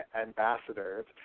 ambassadors